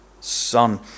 son